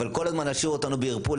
אבל כל הזמן להשאיר אותנו בערפול,